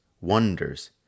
wonders